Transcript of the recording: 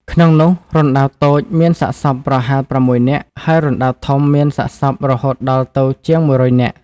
ក្នុងនោះ រណ្ដៅតូចមានសាកសពប្រហែល ៦នាក់ ហើយរណ្តៅធំមានសាកសពរហូតដល់ទៅជាង ១០០នាក់ ។